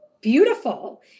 beautiful